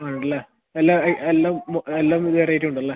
ആണല്ലേ എല്ലാം ഈ എല്ലാം എല്ലാ വെറൈറ്റിയും ഉണ്ടല്ലേ